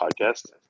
Podcast